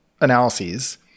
analyses